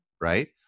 right